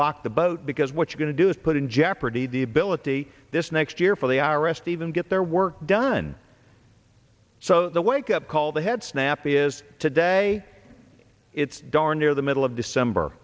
rock the boat because what's going to do is put in jeopardy the ability this next year for the arrest even get their work done so the wake up call the head snap is today it's darn near the middle of december